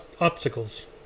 obstacles